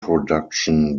production